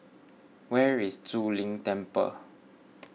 where is Zu Lin Temple